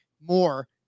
more